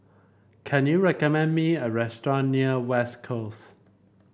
can you recommend me a restaurant near West Coast